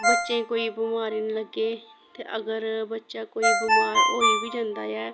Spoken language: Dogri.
बच्चें गी कोई बमारी निं लग्गे ते अगर बच्चा कोई बमार होई बी जंदा ऐ